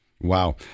Wow